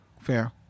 fair